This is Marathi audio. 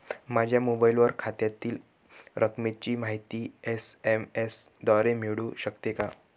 माझ्या मोबाईलवर खात्यातील रकमेची माहिती एस.एम.एस द्वारे मिळू शकते का?